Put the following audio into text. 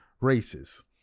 races